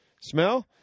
Smell